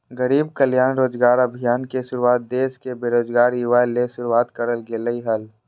गरीब कल्याण रोजगार अभियान के शुरुआत देश के बेरोजगार युवा ले शुरुआत करल गेलय हल